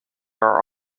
are